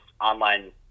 online